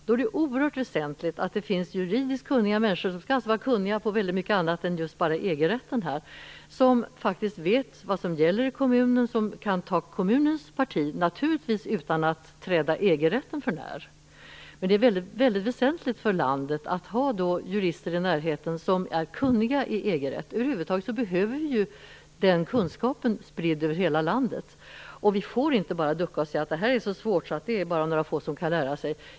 Då är det oerhört väsentligt att det finns juridiskt kunniga människor - de skall alltså vara kunniga på många andra områden än EG rätten - som faktiskt vet vad som gäller i kommunen, som kan ta kommunens parti, naturligtvis utan att träda EG-rätten för när. Det är väsentligt för landet att det finns jurister i de berördas närhet som är kunniga i EG-rätten. Över huvud taget behöver den kunskapen spridas över hela landet. Vi får inte ducka och säga att det här är så svårt att bara några få kan lära sig det.